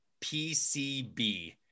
PCB